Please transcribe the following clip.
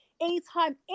anytime